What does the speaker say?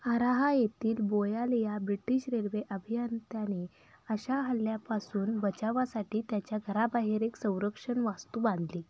आराहा येतील बोयाल या ब्रिटीश रेल्वे अभियंत्याने अशा हल्ल्यापासून बचावासाठी त्याच्या घराबाहेर एक संरक्षण वास्तू बांधली